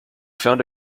found